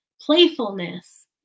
playfulness